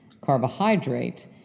carbohydrate